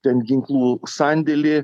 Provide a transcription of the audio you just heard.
ten ginklų sandėlį